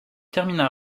termina